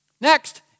Next